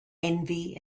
envy